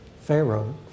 Pharaoh